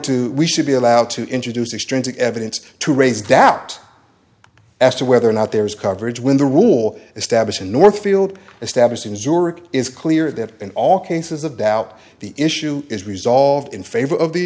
to we should be allowed to introduce extrinsic evidence to raise doubt as to whether or not there is coverage when the rule established in northfield established in zurich is clear that in all cases of doubt the issue is resolved in favor of the